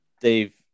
Dave